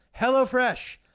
HelloFresh